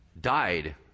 died